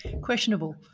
questionable